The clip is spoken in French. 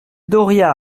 doria